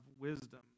wisdom